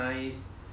of course